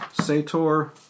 Sator